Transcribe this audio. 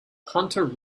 hunter